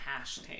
hashtag